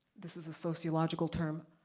this is a sociological term,